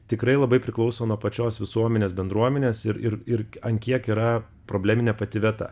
tikrai labai priklauso nuo pačios visuomenės bendruomenės ir ir ant kiek yra probleminė pati vieta